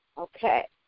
okay